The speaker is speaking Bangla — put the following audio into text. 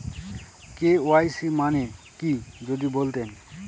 কে.ওয়াই.সি মানে কি যদি বলতেন?